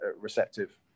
receptive